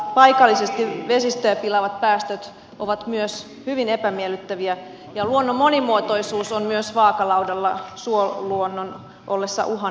paikallisesti vesistöjä pilaavat päästöt ovat myös hyvin epämiellyttäviä ja luonnon monimuotoisuus on myös vaakalaudalla suoluonnon ollessa uhanalaisena